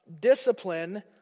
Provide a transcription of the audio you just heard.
discipline